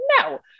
no